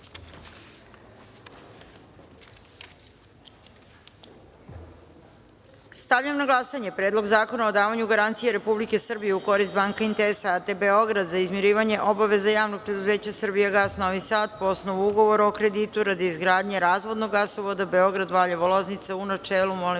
celini. Stavljam na glasanje Predlog zakona o davanju garancije Republike Srbije u korist Banca Intesa AD Beograd za izmirivanje obaveza Javnog preduzeća „Srbijagas“ Novi Sad, po osnovu ugovora o kreditu radi izgradnje razvodnog gasovoda Beograd-Valjevo-Loznica, u načelu. Molim